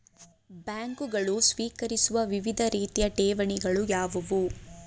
ಬ್ಯಾಂಕುಗಳು ಸ್ವೀಕರಿಸುವ ವಿವಿಧ ರೀತಿಯ ಠೇವಣಿಗಳು ಯಾವುವು?